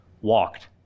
walked